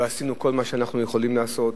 ועשינו כל מה שאנחנו יכולים לעשות.